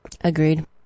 Agreed